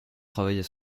travaillent